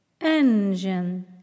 engine